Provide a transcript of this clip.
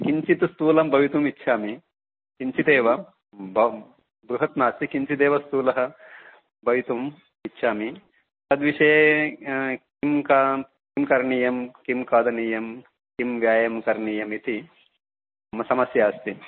किञ्चित् स्थूलं भवितुम् इच्छामि किञ्चितेव ब बृहत् नास्ति किञ्चिदेव स्थूलः भवितुम् इच्छामि तद्विषये किं किं किं करणीयं किं खादनीयं किं व्यायामं करणियमिति मम समस्या अस्ति